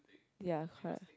ya correct